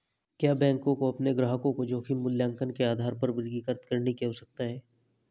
क्या बैंकों को अपने ग्राहकों को जोखिम मूल्यांकन के आधार पर वर्गीकृत करने की आवश्यकता है?